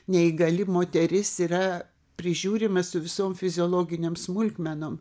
neįgali moteris yra prižiūrima su visom fiziologinėm smulkmenom